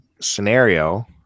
scenario